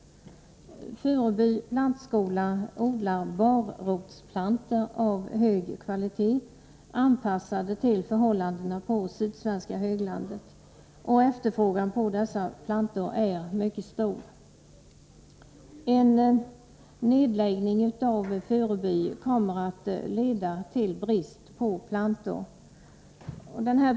Furuby plantskola odlar barrotsplantor av hög kvalitet, anpassade till förhållandena på sydsvenska höglandet, och efterfrågan på dessa plantor är mycket stor. En nedläggning av Furuby kommer att leda till brist på plantor.